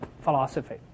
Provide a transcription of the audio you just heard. philosophy